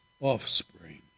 offspring